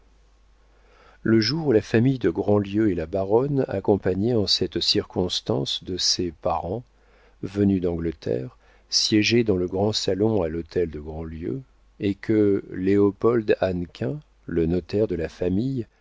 le jour où la famille de grandlieu et la baronne accompagnée en cette circonstance de ses parents venus d'angleterre siégeaient dans le grand salon à l'hôtel de grandlieu et que léopold hannequin le notaire de la famille